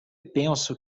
penso